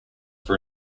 for